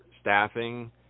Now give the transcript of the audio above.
staffing